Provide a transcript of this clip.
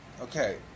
okay